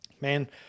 man